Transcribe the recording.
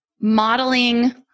modeling